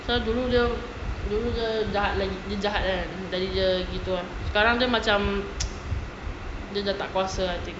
pasal dulu dia dulu dia jahat lagi kan jadi dia gitu ah sekarang dia macam dia dah tak kuasa ah I think